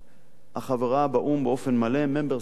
החברה באו"ם באופן מלא, Member State,